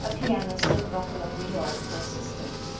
a pianist of buffalo, new york, for assistance